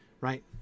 right